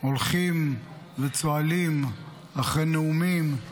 הולכים וצוהלים אחרי נאומים.